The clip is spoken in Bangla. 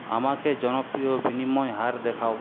আমাকে জনপ্রিয় বিনিময় হার দেখাও